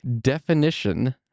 definition